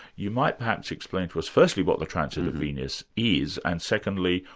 you might perhaps explain to us, firstly what the transit of venus is, and secondly,